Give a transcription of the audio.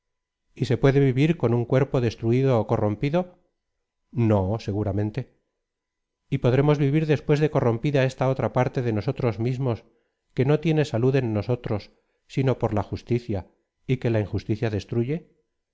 y se puede vivir con un cuerpo destruido ó corrompido no seguramente y podremos vivir después de corrompida esta otra parte de nosotros mismos que no tiene salud en nosotros sino por lá justicia y que la injusticia destruye